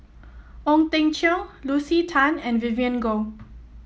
Ong Teng Cheong Lucy Tan and Vivien Goh